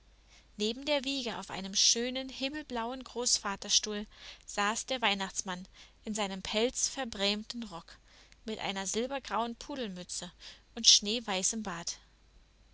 neben der wiege auf einem schönen himmelblauen großvaterstuhl saß der weihnachtsmann in seinem pelzverbrämten rock mit einer silbergrauen pudelmütze und schneeweißem bart